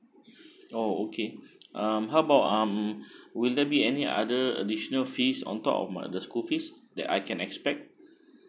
oh okay um how about um would there be any other additional fees on top of my the school fees that I can expect